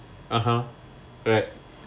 (uh huh) right